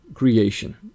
creation